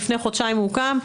לפני חודשיים הוא הוקם,